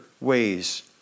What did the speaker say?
ways